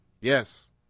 Yes